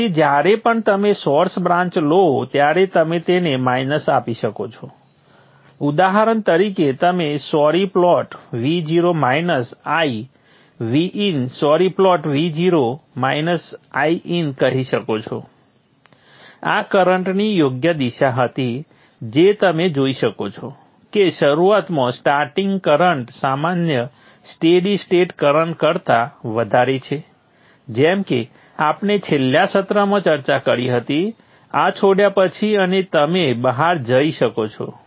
તેથી જ્યારે પણ તમે સોર્સ બ્રાન્ચ લો ત્યારે તમે તેને માઇનસ આપી શકો છો ઉદાહરણ તરીકે તમે sorry plot Vo minus I Vin sorry plot Vo minus Iin કહી શકો છો આ કરંટની યોગ્ય દિશા હતી જે તમે જોઈ શકો છો કે શરૂઆતમાં સ્ટાર્ટિંગ કરન્ટ સામાન્ય સ્ટેડી સ્ટેટ કરંટ કરતા વધારે છે જેમ કે આપણે છેલ્લા સત્રમાં ચર્ચા કરી હતી આ છોડ્યા પછી અને તમે બહાર જય શકો છો